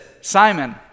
Simon